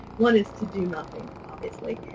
one is to do nothing obviously.